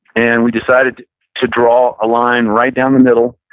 and we decided to draw a line right down the middle,